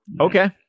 Okay